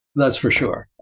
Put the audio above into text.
that's for sure.